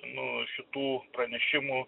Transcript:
nu šitų pranešimų